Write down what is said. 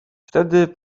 wtedy